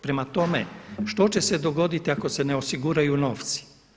Prema tome, što će se dogoditi ako se ne osiguraju novci?